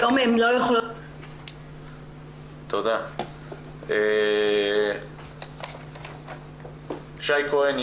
שי כהן,